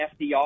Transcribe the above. FDR